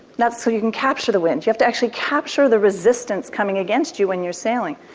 that's so you can capture the wind. you have to actually capture the resistance coming against you when you're sailing.